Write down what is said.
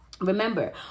Remember